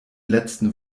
letzten